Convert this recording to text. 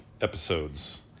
episodes